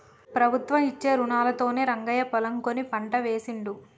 ప్రభుత్వం ఇచ్చే రుణాలతోనే రంగయ్య పొలం కొని పంట వేశిండు